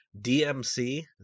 DMC